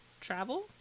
travel